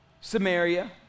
Samaria